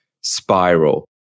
spiral